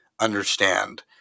understand